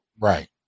Right